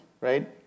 right